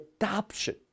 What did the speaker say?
adoption